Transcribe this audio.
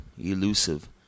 elusive